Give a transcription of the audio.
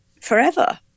forever